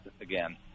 again